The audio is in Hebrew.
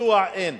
ביצוע אין.